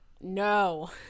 No